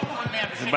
תיקון 116,